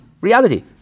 reality